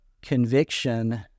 conviction